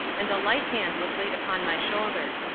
and a light hand was laid upon my shoulder.